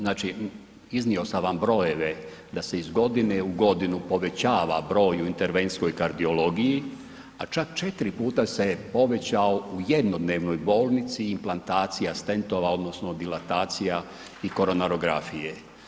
Znači iznio sam vam brojeve da se iz godine u godinu povećava broj u interventskoj kardiologiji, a čak 4% se je povećao u jednodnevnoj bolnici implantacija stentova odnosno dilatacija i koronarografije.